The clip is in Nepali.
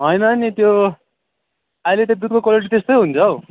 होइन नि त्यो अहिले त दुधको क्वालिटी त्यस्तै हुन्छ हौ